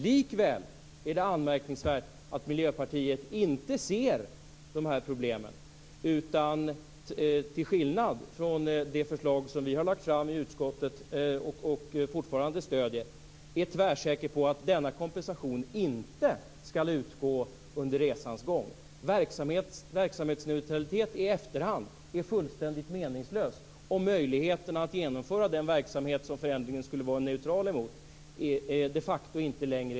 Likväl är det anmärkningsvärt att Miljöpartiet inte ser problemen. Till skillnad från vad vi i Moderaterna menar i det förslag som vi har lagt fram och fortfarande stöder är Miljöpartiet tvärsäkert på att denna kompensation inte skall utgå under resans gång. Verksamhetsneutralitet i efterhand är fullständigt meningslöst om det de facto inte längre är möjligt att genomföra den verksamhet som förändringen skulle vara neutral emot.